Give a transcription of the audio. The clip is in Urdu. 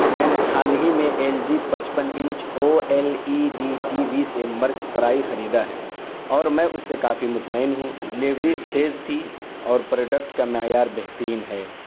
میں نے حال ہی میں ایل جی پچپن inch O L E D T V سے مرچ فرائی خریدا ہے اور میں اس سے کافی مطمئن ہوں ڈلیوری تیز تھی اور پروڈکٹ کا معیار بہترین ہے